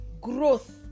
growth